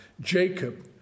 Jacob